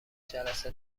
جلسه